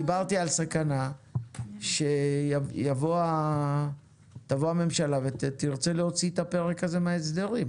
דיברתי על סכנה שתבוא הממשלה ותרצה להוציא את הפרק הזה מההסדרים,